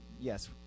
yes